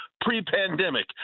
pre-pandemic